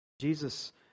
Jesus